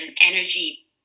energy